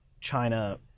China